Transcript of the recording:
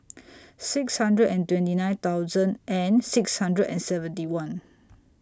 six hundred and twenty nine thousand and six hundred and seventy one